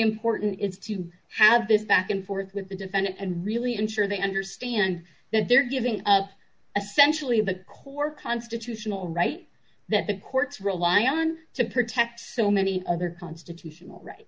important is to have this back and forth with the defendant and really ensure they understand that they're giving a sensually the core constitutional right that the courts rely on to protect so many other constitutional right